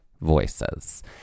voices